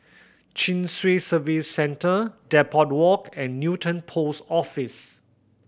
Chin Swee Service Centre Depot Walk and Newton Post Office